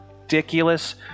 ridiculous